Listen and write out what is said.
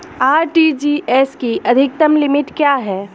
RTGS की अधिकतम limit क्या है?